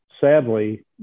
sadly